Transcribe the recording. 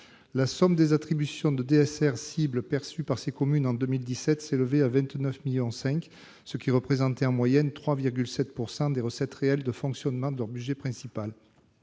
La somme des attributions de DSR « cible » perçues par ces communes en 2017 s'élevait à 29,5 millions d'euros, ce qui représentait en moyenne 3,7 % des recettes réelles de fonctionnement de leur budget principal.